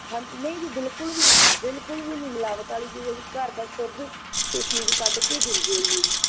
ਹਾਂਜ ਨਹੀਂ ਜੀ ਬਿਲਕੁਲ ਵੀ ਬਿਲਕੁਲ ਵੀ ਨਹੀਂ ਮਿਲਾਵਟ ਵਾਲੀ ਚੀਜ਼ ਆ ਜੀ ਘਰ ਦਾ ਸ਼ੁੱਧ ਇਹ ਚੀਜ਼ ਕੱਢ ਕੇ ਦਿੰਦੇ ਨੇ